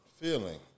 feeling